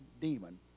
demon